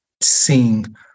seeing